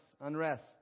unrest